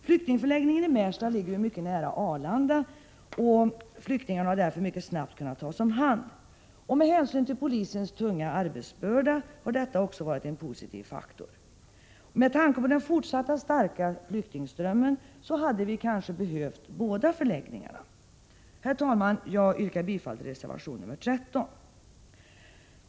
Flyktingförläggningen i Märsta ligger mycket nära Arlanda, och flyktingarna har därför mycket snabbt kunnat tas om hand. Med hänsyn till polisens tunga arbetsbörda har detta också varit en positiv faktor. Med tanke på den fortsatta starka flyktingströmmen hade vi kanske behövt båda förläggningarna. Herr talman! Jag yrkar bifall till reservation 13.